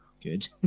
good